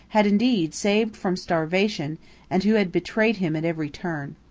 had indeed saved from starvation and who had betrayed him at every turn.